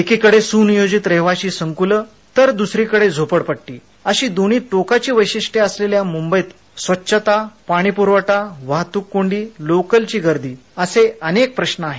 एकीकडे सुनियोजित रहिवासी संकुल तर दुसरीकडे झोपडपट्टी अशी दोन्ही टोकांची वैशिष्ट्ये असलेल्या मुंबईत स्वच्छता पाणीपुरवठावाहतुककोंडी लोकलची गर्दी असे अनेक प्रश्न आहेत आहेत